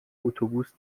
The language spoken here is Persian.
اتوبوس